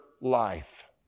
life